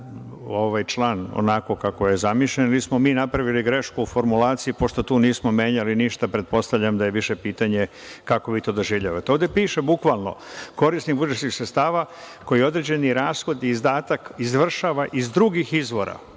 ovaj član onako kako je zamišljen, ili smo mi napravili grešku u formulaciji, pošto tu nismo menjali ništa, pretpostavljam da je više pitanje kako vi to doživljavate. Ovde piše bukvalno – korisnik budžetskih sredstava koji određeni rashod i izdatak izvršava iz drugih izvora,